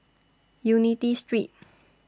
Unity Street